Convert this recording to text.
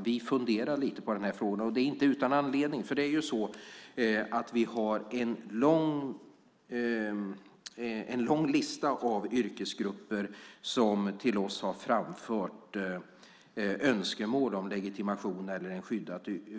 Vi funderar lite på den här frågan, och det är inte utan anledning. Vi har ju en lång lista av yrkesgrupper som till oss har framfört önskemål om legitimation eller en